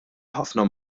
ħafna